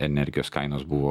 energijos kainos buvo